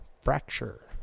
fracture